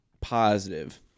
positive